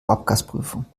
abgasprüfung